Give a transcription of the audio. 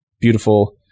beautiful